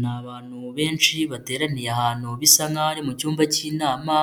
Ni abantu benshi bateraniye ahantu bisa nk'aho ari mu cyumba cy'inama,